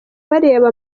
bareba